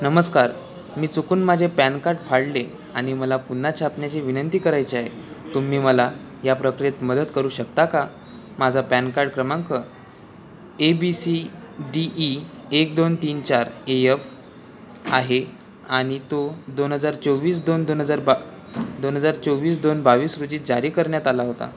नमस्कार मी चुकून माझे पॅन कार्ड फाडले आणि मला पुन्हा छापण्याची विनंती करायची आहे तुम्ही मला या प्रक्रियेत मदत करू शकता का माझा पॅन कार्ड क्रमांक A B C D E एक दोन तीन चार ए यफ आहे आणि तो दोन हजार चोवीस दोन दोन हजार बा दोन हजार चोवीस दोन बावीस रोजी जारी करण्यात आला होता